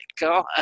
God